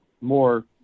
more